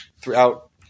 throughout